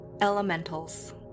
elementals